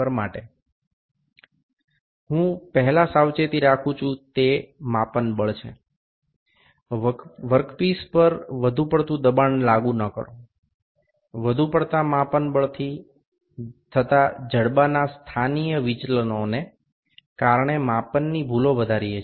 હું પહેલી સાવચેતી રાખું છું તે માપન બળ છે વર્કપીસ પર વધુ પડતું દબાણ લાગુ ન કરો વધુ પડતા માપન બળથી થતા જડબાના સ્થાનિય વિચલનોને કારણે માપનની ભૂલો વધારીએ છીએ